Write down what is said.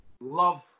love